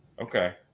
okay